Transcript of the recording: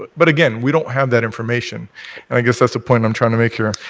but but again, we don't have that information and i guess that's the point i'm trying to make here.